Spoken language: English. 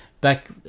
back